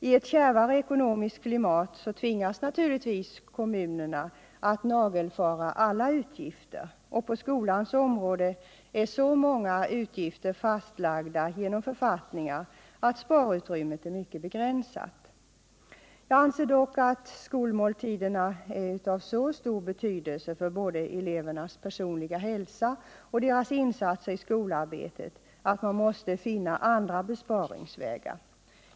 I ett kärvare ekonomiskt klimat tvingas naturligtvis kommunerna att nagelfara alla utgifter, och på skolans område är så många utgifter fastlagda genom författningar att sparutrymmet är mycket begränsat. Jag anser dock att skolmåltiderna är av så stor betydelse både för elevernas personliga hälsa och för deras insatser i skolarbetet att man måste finna andra besparingsvägar.